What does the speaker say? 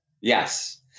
Yes